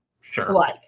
Sure